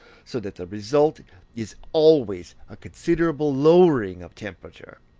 so that the result is always a considerable lowering of temperature.